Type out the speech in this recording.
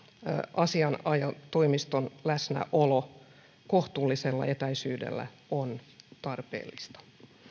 asianajotoimiston läsnäolo kohtuullisella etäisyydellä on tarpeellista